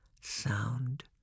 Sound